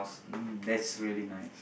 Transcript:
mm that's really nice